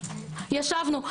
ישבנו.